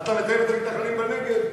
אתה מתעב את המתנחלים בנגב,